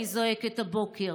אני זועקת הבוקר.